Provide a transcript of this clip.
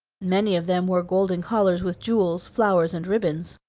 many of them wore golden collars with jewels, flowers, and ribbons.